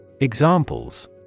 Examples